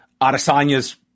Adesanya's